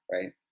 Right